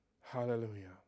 hallelujah